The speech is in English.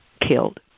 killed